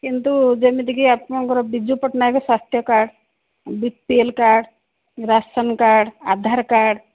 କିନ୍ତୁ ଯେମିତିକି ଆପଣଙ୍କର ବିଜୁ ପଟ୍ଟନାୟକ ସ୍ୱାସ୍ଥ୍ୟ card B P L card ration card Aadhaar card